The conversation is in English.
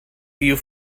you